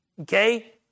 Okay